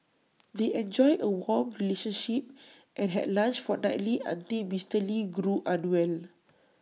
they enjoyed A warm relationship and had lunch fortnightly until Mister lee grew unwell